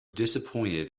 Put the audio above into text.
disappointed